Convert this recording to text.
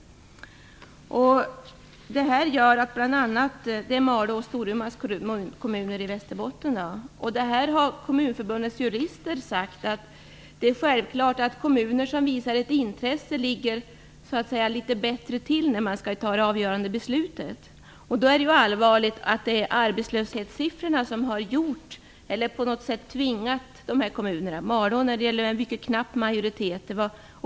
Det gäller Malås och Storumans kommuner i Västerbotten. Kommunförbundets jurister har sagt att det är självklart att kommuner som visar intresse ligger litet bättre till när det är dags för det avgörande beslutet. Det är då allvarligt att det är arbetslöshetssiffrorna som har tvingat dessa båda kommuner att ta detta steg. I Malå var majoriteten mycket knapp.